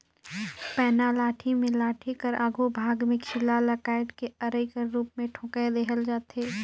पैना लाठी मे लाठी कर आघु भाग मे खीला ल काएट के अरई कर रूप मे ठोएक देहल जाथे